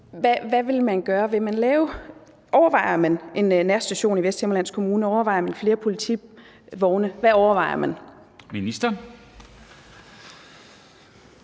Hvad vil man gøre? Overvejer man en nærstation i Vesthimmerlands Kommune? Overvejer man flere politivogne? Hvad overvejer man?